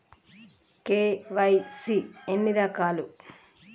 KYC ఎన్ని రకాలు?